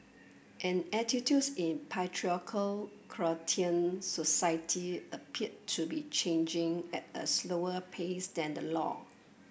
and attitudes in patriarchal Croatian society appear to be changing at a slower pace than the law